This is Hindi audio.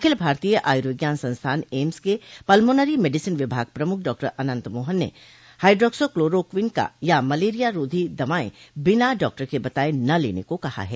अखिल भारतीय आयुर्विज्ञान संस्थान एम्स के पल्मोनरी मेडिसिन विभाग प्रमुख डॉ अनंत मोहन ने हाइड्रोक्सोक्लोरोक्विन या मलेरिया रोधी दवायें बिना डॉक्टर के बताये न लेने को कहा है